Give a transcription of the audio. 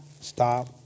stop